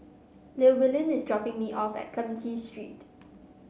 Llewellyn is dropping me off at Clementi Street